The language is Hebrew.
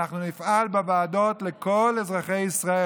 אנחנו נפעל בוועדות לכל אזרחי ישראל,